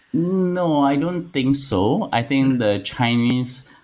you know i don't think so. i think the chinese